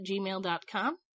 gmail.com